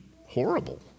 horrible